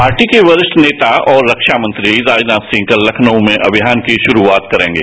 party के वरिष्ठ नेता और रक्षा मंत्री राजनाथ सिंह कल लखनऊ में अभियान की शुरुआत करेंगे